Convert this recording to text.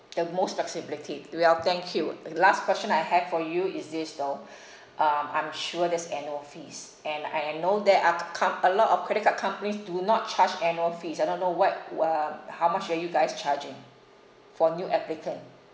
the most flexibility well thank you the last question I have for you is this though um I'm sure there's annual fees and I I know there are c~ com~ a lot of credit card companies do not charge annual fees I don't know what wh~ um how much are you guys charging for new applicant